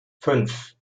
fünf